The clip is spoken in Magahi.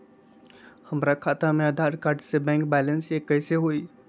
हमरा खाता में आधार कार्ड से बैंक बैलेंस चेक कैसे हुई?